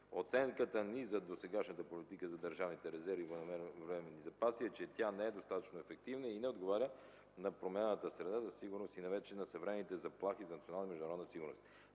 Оценката ни за досегашната политика за държавните резерви и военновременните запаси е, че тя не е достатъчно ефективна и не отговаря на променената среда за сигурност и на съвременните заплахи за национална и международна сигурност.